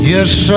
Yes